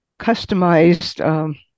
customized